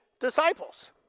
disciples